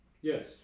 Yes